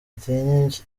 ntatinya